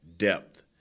Depth